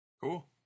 cool